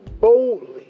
boldly